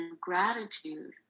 gratitude